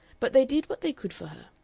but they did what they could for her.